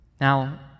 Now